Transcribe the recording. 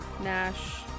nash